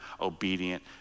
obedient